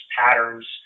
patterns